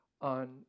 on